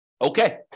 Okay